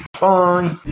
bye